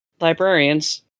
librarians